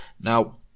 Now